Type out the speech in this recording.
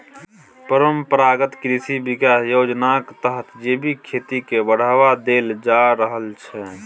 परंपरागत कृषि बिकास योजनाक तहत जैबिक खेती केँ बढ़ावा देल जा रहल छै